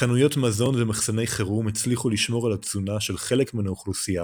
חנויות מזון ומחסני חירום הצליחו לשמור על התזונה של חלק מן האוכלוסייה,